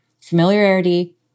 familiarity